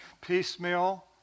piecemeal